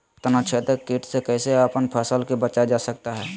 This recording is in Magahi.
तनाछेदक किट से कैसे अपन फसल के बचाया जा सकता हैं?